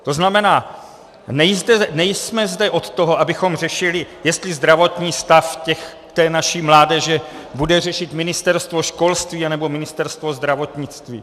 To znamená, nejsme zde o toho, abychom řešili, jestli zdravotní stav naší mládeže bude řešit Ministerstvo školství, nebo Ministerstvo zdravotnictví.